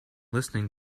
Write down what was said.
listening